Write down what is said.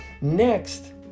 Next